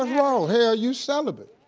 ah wrong. hell, you celibate.